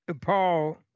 Paul